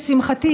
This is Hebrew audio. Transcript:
לשמחתי,